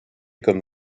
comme